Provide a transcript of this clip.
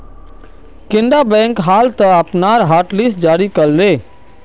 Canara bank हाल त अपनार हॉटलिस्ट जारी कर ले